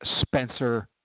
Spencer